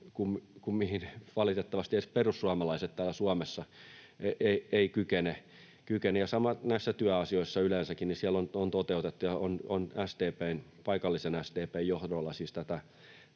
mihin valitettavasti edes perussuomalaiset täällä Suomessa kykenevät. Sama näissä työasioissa yleensäkin, siellä on toteutettu ja on paikallisen SDP:n johdolla